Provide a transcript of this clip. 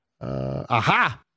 Aha